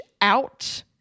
out